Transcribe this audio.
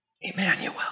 Emmanuel